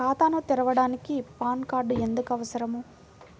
ఖాతాను తెరవడానికి PAN card ఎందుకు అవసరము?